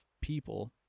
people